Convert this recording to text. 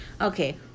Okay